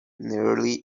nearly